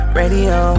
radio